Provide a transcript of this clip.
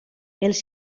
els